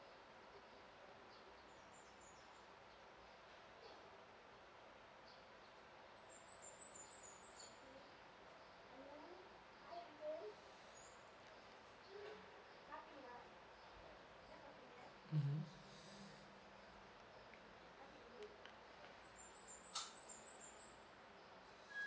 mmhmm